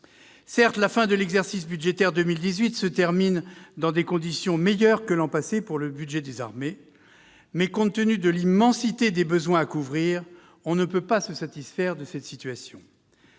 Certes, l'exercice budgétaire 2018 se termine dans des conditions meilleures que l'an passé pour le budget des armées, mais, compte tenu de l'immensité des besoins à couvrir, on ne peut pas se satisfaire de cette situation